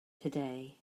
today